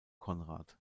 conrad